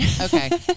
okay